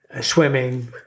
swimming